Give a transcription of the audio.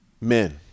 men